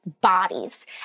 bodies